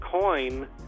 coin